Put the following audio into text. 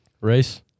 Race